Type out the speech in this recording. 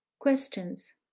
Questions